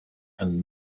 and